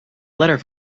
letter